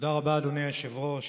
תודה רבה, אדוני היושב-ראש.